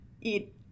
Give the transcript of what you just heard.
eat